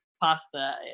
pasta